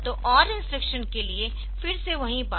तो OR instruction के लिए फिर से वही बात